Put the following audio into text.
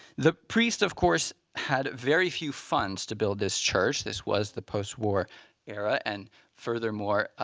the priest, of course, had a very few funds to build this church. this was the post-war era. and furthermore,